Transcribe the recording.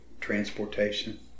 transportation